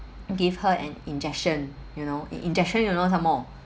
give her an injection you know in~ injection you know some more